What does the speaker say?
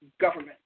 government